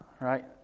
right